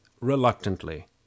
reluctantly